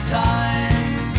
time